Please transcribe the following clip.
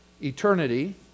Eternity